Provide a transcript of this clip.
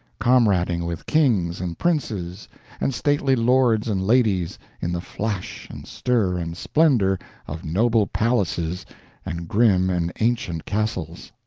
comrading with kings and princes and stately lords and ladies in the flash and stir and splendor of noble palaces and grim and ancient castles.